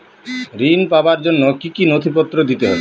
ঋণ পাবার জন্য কি কী নথিপত্র দিতে হবে?